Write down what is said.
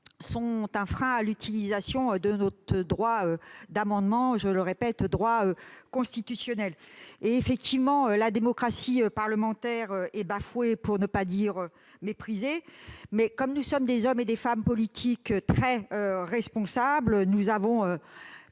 sont un frein à l'utilisation de notre droit d'amendement, qui est un droit constitutionnel. La démocratie parlementaire est bafouée, pour ne pas dire méprisée. Cependant, comme nous sommes des hommes et des femmes politiques très responsables, nous avons